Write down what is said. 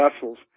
vessels